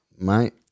mate